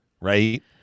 right